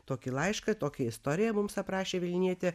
tokį laišką tokią istoriją mums aprašė vilnietė